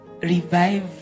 Revive